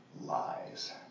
lies